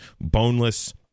boneless